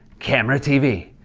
camera, tv.